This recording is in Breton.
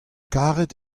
karet